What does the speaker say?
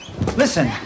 listen